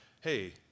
hey